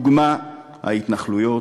לדוגמה, ההתנחלויות,